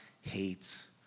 hates